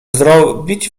zrobić